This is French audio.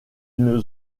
une